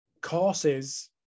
courses